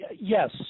Yes